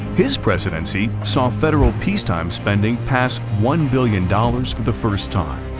his presidency saw federal peacetime spending pass one billion dollars for the first time.